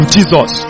Jesus